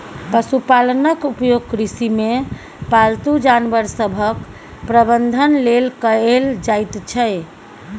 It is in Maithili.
पशुपालनक उपयोग कृषिमे पालतू जानवर सभक प्रबंधन लेल कएल जाइत छै